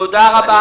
תודה רבה.